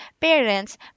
parents